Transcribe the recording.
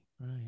right